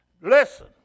Listen